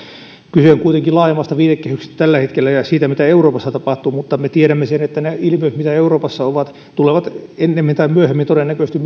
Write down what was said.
kyse on kuitenkin laajemmasta viitekehyksestä tällä hetkellä ja siitä mitä euroopassa tapahtuu mutta me tiedämme sen että ne ilmiöt mitä euroopassa on tulevat ennemmin tai myöhemmin todennäköisesti